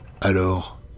Alors